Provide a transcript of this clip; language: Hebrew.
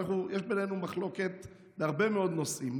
יש בינינו מחלוקת בהרבה מאוד נושאים,